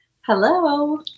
Hello